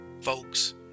Folks